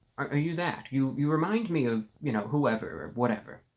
are you that you you remind me of you know, whoever or whatever?